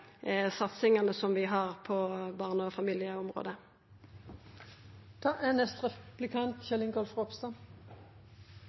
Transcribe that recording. satsingane vi har på barne- og familieområdet. Det er